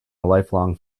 lifelong